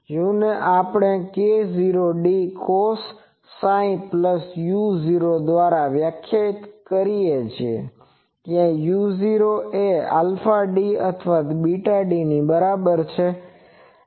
uને આપણે k0d cosψu0 દ્વારા વ્યાખ્યાયિત કરીએ છીએ જ્યાં u0 એ αd અથવા βd ની બરાબર છે